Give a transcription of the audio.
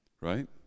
right